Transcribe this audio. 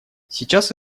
сейчас